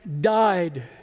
died